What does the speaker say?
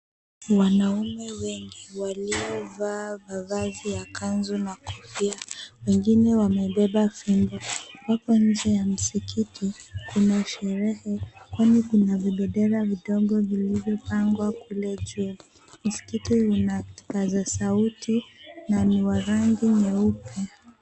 Wanaume wengi waliovaa mavazi ya kanzu na kofia, wengine wamebeba fimbo. Wako nje ya msikiti, kuna sherehe kwani kuna vibendera vidogo vilivyopangwa kule juu. Msikiti una vipaza sauti na ni wa rangi nyeupe.